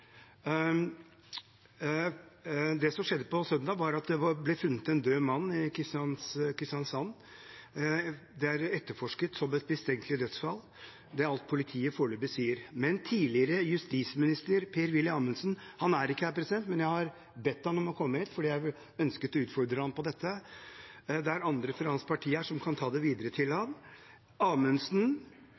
Det som skjedde på søndag, var at det ble funnet en død mann i Kristiansand. Det er etterforsket som et mistenkelig dødsfall; det er alt politiet foreløpig sier. Men tidligere justisminister Per-Willy Amundsen – han er ikke her; jeg har bedt ham om å komme hit fordi jeg ønsket å utfordre ham på dette, men det er andre fra hans parti her som kan ta det videre til